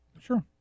Sure